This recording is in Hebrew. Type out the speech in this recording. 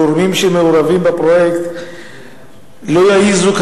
הגורמים שמעורבים בפרויקט לא יעזו היום,